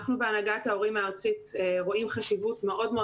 אנחנו בהנהגת ההורים הארצית רואים חשיבות מאוד מאוד